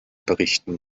berichten